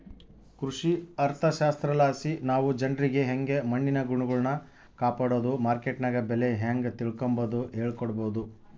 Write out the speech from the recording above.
ಕೃಷಿ ಅರ್ಥಶಾಸ್ತ್ರಲಾಸಿ ನಾವು ಜನ್ರಿಗೆ ಯಂಗೆ ಮಣ್ಣಿನ ಗುಣಗಳ್ನ ಕಾಪಡೋದು, ಮಾರ್ಕೆಟ್ನಗ ಬೆಲೆ ಹೇಂಗ ತಿಳಿಕಂಬದು ಹೇಳಿಕೊಡಬೊದು